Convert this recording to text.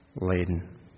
laden